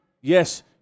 Yes